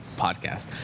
Podcast